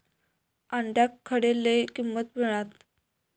अंड्याक खडे लय किंमत मिळात?